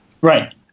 Right